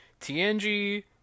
TNG